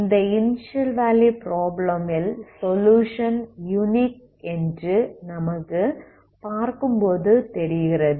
இந்த initial value problem ல் solution unique என்று நமக்கு பார்க்கும்போது தெரிகிறது